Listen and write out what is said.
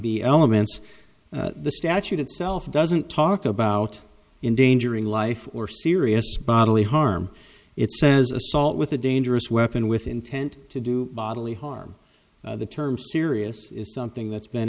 the elements the statute itself doesn't talk about in danger in life or serious bodily harm it says assault with a dangerous weapon with intent to do bodily harm the term serious is something that's been